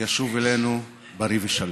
שישוב אלינו בריא ושלם.